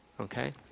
okay